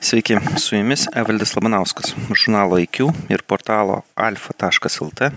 sveiki su jumis evaldas labanauskas žurnalo aikiū ir portalo alfa taškas lt